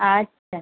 আচ্ছা